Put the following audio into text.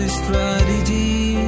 strategy